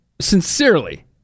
sincerely